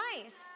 Christ